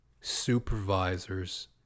supervisors